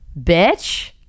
bitch